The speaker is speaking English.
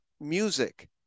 music